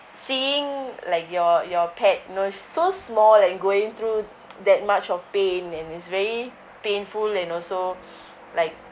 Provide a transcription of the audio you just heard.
seeing like your your pet you know so small and going through that much of pain and it's very painful and also like